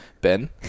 Ben